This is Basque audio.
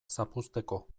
zapuzteko